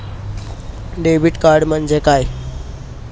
Debit card म्हणजे काय?